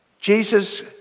Jesus